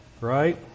right